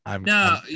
No